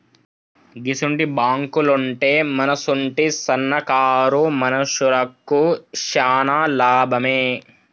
గిసుంటి బాంకులుంటే మనసుంటి సన్నకారు మనుషులకు శాన లాభమే